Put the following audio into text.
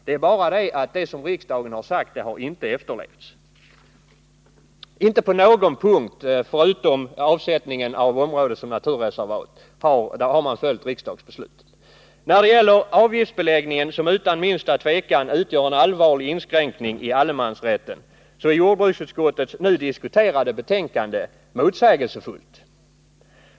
Det är bara det att det som riksdagen sagt inte har efterlevts — inte på någon punkt förutom beträffande avsättningen av området som naturreservat, där man har följt riksdagsbeslutet. När det gäller avgiftsbeläggningen, som utan minsta tvivel utgör en allvarlig inskränkning i allemansrätten, är jordbruksutskottets nu diskuterade betänkande motsägelsefullt.